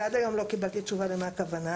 ועד היום לא קיבלתי תשובה למה הכוונה,